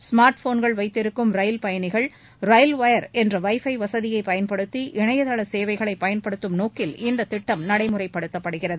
smart போன்கள் வைத்திருக்கும் ரயில் பயணிகள் ரயில் வயர் என்ற வைஃபை வசதியை பயன்படுத்தி இணையதள சேவைகளை பயன்படுத்தும் நோக்கில் இந்த திட்டம் நடைமுறைப்படுத்தப்படுகிறது